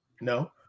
No